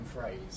phrase